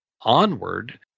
onward